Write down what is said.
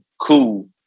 cool